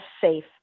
safe